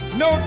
no